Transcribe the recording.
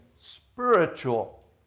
spiritual